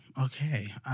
Okay